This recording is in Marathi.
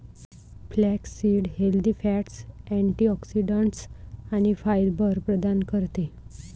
फ्लॅक्ससीड हेल्दी फॅट्स, अँटिऑक्सिडंट्स आणि फायबर प्रदान करते